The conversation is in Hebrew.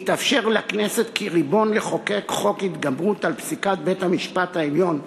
יתאפשר לכנסת כריבון לחוקק חוק התגברות על פסיקת בית-המשפט העליון,